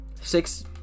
six